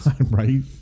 right